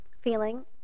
feeling